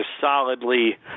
solidly